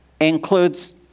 includes